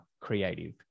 creative